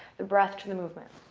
the breath to the movement.